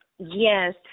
Yes